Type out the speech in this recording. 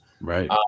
Right